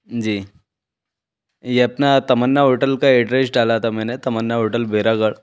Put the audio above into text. जी ये अपना तमन्ना होटल का एड्रैस डाला था मैंने तमन्ना होटल बेरागर